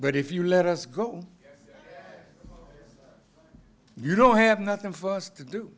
but if you let us go you don't have nothing for us to do